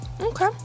Okay